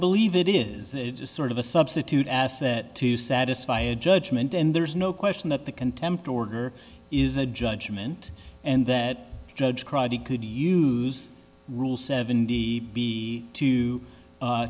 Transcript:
believe it is it is sort of a substitute asset to satisfy a judgment and there's no question that the contempt order is a judgment and that judge crotty could use rule seven d to